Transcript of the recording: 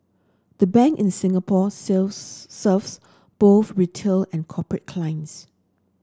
the Bank in Singapore sells serves both retail and corporate clients